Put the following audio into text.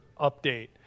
update